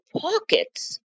pockets